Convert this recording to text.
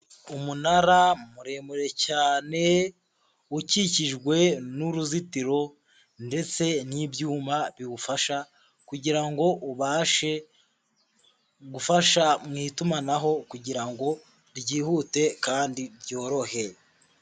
Umunara muremure cyane, ukikijwe n'uruzitiro ndetse n'ibyuma biwufasha kugira ngo ubashe gufasha mu itumanaho kugira ngo ryihute kandi ryorohere.